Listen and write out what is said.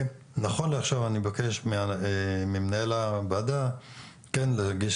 נכון לעכשיו אני מבקש ממנהל הוועדה כן להגיש